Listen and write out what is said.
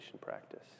practice